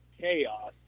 chaos